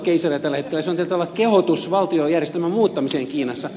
se on tietyllä tavalla kehotus valtiojärjestelmän muuttamiseen kiinassa